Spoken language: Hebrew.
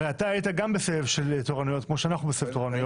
הרי אתה גם היית בסבב של תורנויות כמו שאנחנו עושים תורנויות,